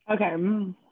Okay